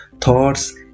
thoughts